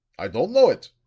i don't know it,